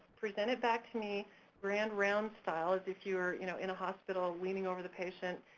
present it back to me grand round style as if you were you know in a hospital, ah leaning over the patient,